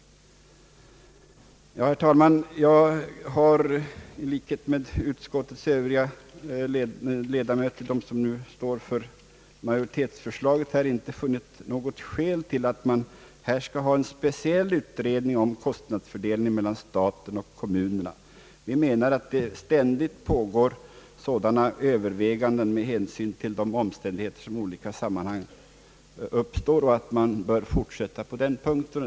Herr talman! Jag har i likhet med de övriga utskottsledamöter som står för majoritetsförslaget inte funnit något skäl till att göra en speciell utredning om kostnadsfördelningen mellan staten och kommunerna. Vi menar att det ständigt pågår sådana överväganden med hänsyn till de omständigheter som uppstår i olika sammanhang och att man bör fortsätta med detta.